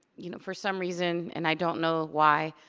you know for some reason, and i don't know why,